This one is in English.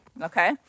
okay